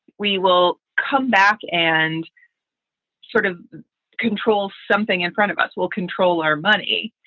we will come back and sort of control something in front of us. we'll control our money,